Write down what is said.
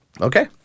Okay